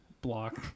block